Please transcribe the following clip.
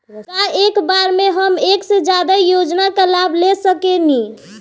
का एक बार में हम एक से ज्यादा योजना का लाभ ले सकेनी?